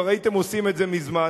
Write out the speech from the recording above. כבר הייתם עושים את זה מזמן.